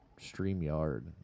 StreamYard